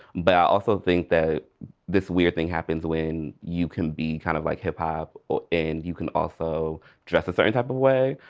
but i also think that this weird thing happens when you can be kind of like hip hop and you can also dress a certain type of way,